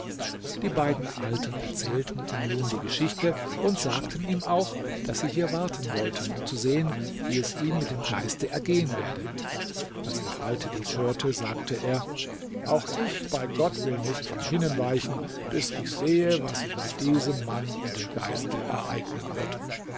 die beiden alten erzählten ihm nun die geschichte und sagten ihm auch daß sie hier warten wollten um zu sehen wie es ihm mit dem geist ergehen werde als der alte dies hörte sagte er auch ich bei gott will nicht von hinnen weichen bis ich sehe was sich mit diesem mann und dem geiste ereignen wird